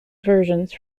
versions